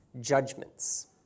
judgments